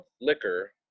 liquor